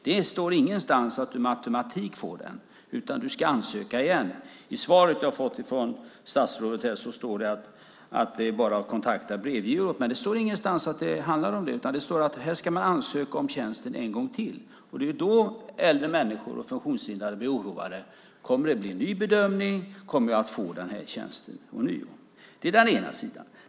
Det står ingenstans att man med automatik får den, utan man måste ansöka igen. I svaret som jag har fått från statsrådet står det att det bara är att kontakta Brevgirot. Men det står ingenstans att det handlar om det, utan det står att man ska ansöka om tjänsten en gång till. Det är då som äldre människor och funktionshindrade blir oroade för om det kommer att bli en ny bedömning och för om de ånyo kommer att få denna tjänst. Det är den ena sidan.